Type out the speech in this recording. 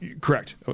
Correct